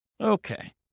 Okay